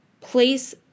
place